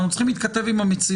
אנחנו צריכים להתכתב עם המציאות.